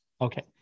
okay